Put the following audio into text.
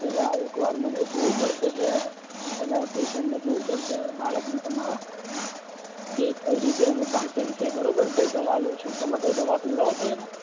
પહેલાં એકવાર મને જોવું પડશે કે એને પેશન્ટને જોવું પડશે બાળકને તમારા કે કઈ રીતે એનું પાચન છે બરાબર કઈ દવા લો છો તમે કંઈ દવા પીવડાવો છો એને